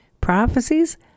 prophecies